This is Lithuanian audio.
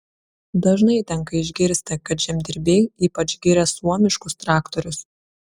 dažnai tenka išgirsti kad žemdirbiai ypač giria suomiškus traktorius